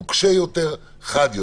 נוקשה יותר וחד יותר.